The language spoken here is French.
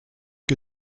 que